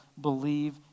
believe